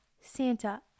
Santa